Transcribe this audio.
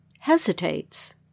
hesitates